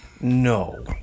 No